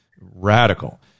Radical